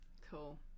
cool